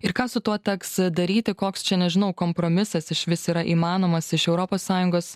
ir ką su tuo teks daryti koks čia nežinau kompromisas išvis yra įmanomas iš europos sąjungos